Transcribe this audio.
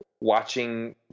Watching